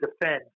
defend